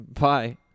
Bye